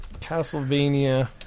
Castlevania